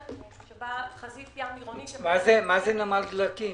שבה חזית ים עירונית- -- מה זה נמל דלקים?